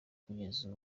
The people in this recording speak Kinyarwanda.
kugeza